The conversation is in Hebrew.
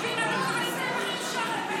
--- ונדון על זה בהמשך.